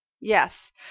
Yes